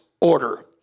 order